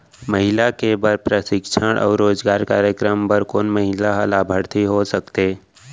महिला के बर प्रशिक्षण अऊ रोजगार कार्यक्रम बर कोन महिला ह लाभार्थी हो सकथे?